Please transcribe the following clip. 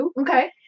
Okay